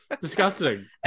disgusting